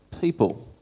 people